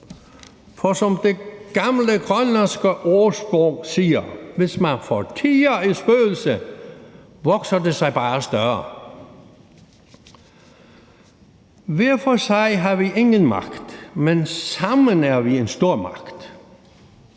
For som det gamle grønlandske ordsprog siger: Hvis man fortier et spøgelse, vokser det sig bare større. Kl. 21:34 Hver for sig har vi ingen magt, men sammen er vi en stormagt.